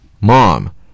Mom